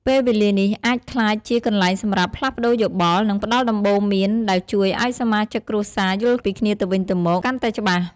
ពេលវេលានេះអាចក្លាយជាកន្លែងសម្រាប់ផ្លាស់ប្តូរយោបល់ និងផ្តល់ដំបូន្មាន ដែលជួយឱ្យសមាជិកគ្រួសារយល់ពីគ្នាទៅវិញទៅមកកាន់តែច្បាស់។